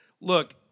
Look